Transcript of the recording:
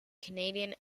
canadian